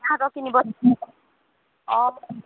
কিনিব অঁ